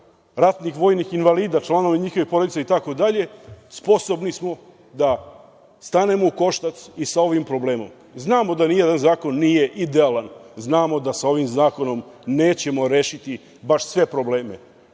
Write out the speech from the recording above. ratnih vojnih invalida, članova njihovih porodica itd, sposobno smo da stanemo u koštac i sa ovim problemom. Znamo da ni jedan zakon nije idealan, znamo da sa ovim zakonom nećemo rešiti baš sve probleme.